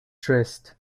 dressed